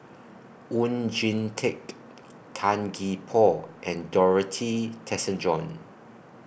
Oon Jin Teik Tan Gee Paw and Dorothy Tessensohn